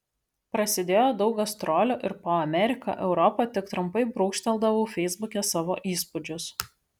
prasidėjo daug gastrolių ir po ameriką europą tik trumpai brūkšteldavau feisbuke savo įspūdžius